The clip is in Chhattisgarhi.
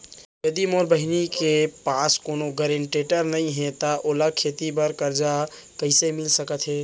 यदि मोर बहिनी के पास कोनो गरेंटेटर नई हे त ओला खेती बर कर्जा कईसे मिल सकत हे?